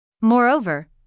Moreover